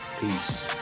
Peace